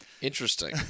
Interesting